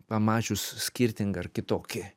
pamačius skirtingą ar kitokį